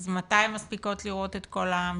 אז מתי הן מספיקות לראות את כל המסגרות?